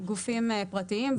גופים פרטיים.